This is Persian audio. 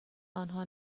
آنها